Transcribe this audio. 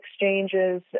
exchanges